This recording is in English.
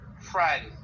Friday